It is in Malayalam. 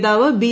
നേതാവ് ബി